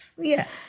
Yes